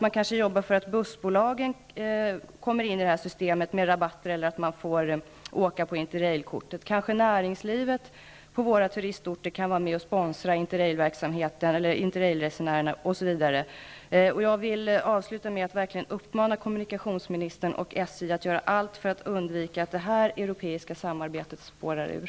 Man kan arbeta för att bussbolagen kommer in i systemet med rabatter eller att man kan få åka på interrailkortet. Näringslivet kan kanske vara med och sponsra interrailresenärerna, osv. Jag avslutar med att verkligen uppmana kommunikationsministern och SJ att göra allt för att undvika att det här europeiska samarbetet spårar ur.